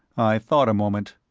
i thought a moment.